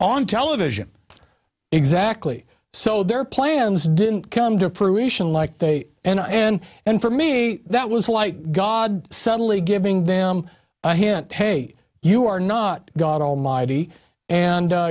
on television exactly so their plans didn't come to fruition like they and i and and for me that was like god suddenly giving them a hint hey you are not god almighty and